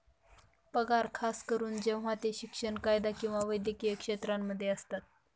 पगार खास करून जेव्हा ते शिक्षण, कायदा किंवा वैद्यकीय क्षेत्रांमध्ये असतात